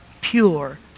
pure